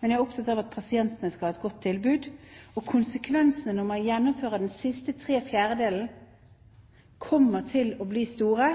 men jeg er opptatt av at pasientene skal ha et godt tilbud. Og konsekvensene, når man gjennomfører den siste tre fjerdedelen, kommer til å bli store,